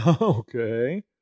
Okay